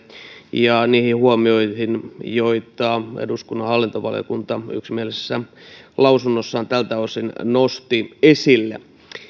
ja niihin huomioihin joita eduskunnan hallintovaliokunta yksimielisessä lausunnossaan tältä osin nosti esille